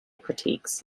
critiques